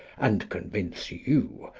and convince you,